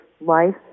life